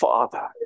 Father